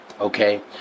Okay